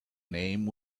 name